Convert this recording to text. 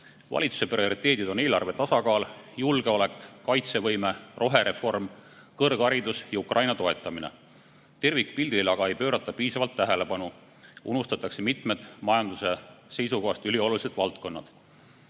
Valitsuse prioriteedid on eelarve tasakaal, julgeolek, kaitsevõime, rohereform, kõrgharidus ja Ukraina toetamine. Tervikpildile aga ei pöörata piisavalt tähelepanu. Unustatakse mitmed majanduse seisukohast üliolulised